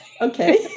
Okay